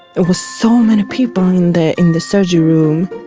were so many people in the in the surgery room.